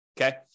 Okay